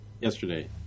Yesterday